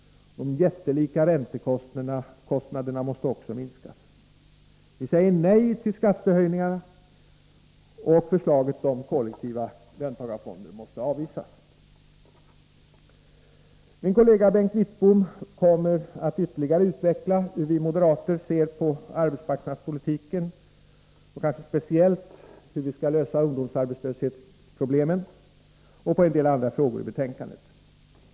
De jättelika räntekostnaderna måste minskas. Vi säger nej till skattehöjningar. Förslaget om kollektiva löntagarfonder måste avvisas. Min kollega Bengt Wittbom kommer att ytterligare utveckla hur vi moderater ser på arbetsmarknadspolitiken, speciellt ungdomsarbetslösheten, och på en del andra frågor i betänkandet.